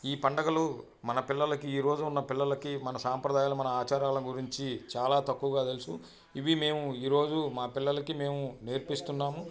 ఈ పండగలు మన పిల్లలకి ఈరోజు ఉన్న పిల్లలకి మన సాంప్రదాయాలు మన ఆచారాల గురించి చాలా తక్కువగా తెలుసు ఇవి మేము ఈరోజు మా పిల్లలకి మేము నేర్పిస్తున్నాము